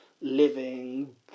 living